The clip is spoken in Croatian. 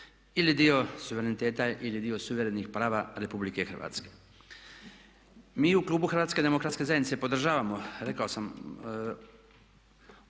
ili dio suvereniteta ili dio suverenih prava Republike Hrvatske. Mi u klubu HDZ-a podržavamo rekao sam donošenje